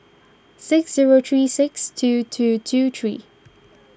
six zero three six two two two three